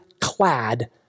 clad